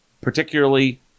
Particularly